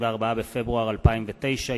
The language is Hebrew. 24 בפברואר 2009,